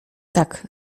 tak